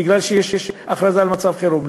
מפני שיש הכרזה על מצב חירום.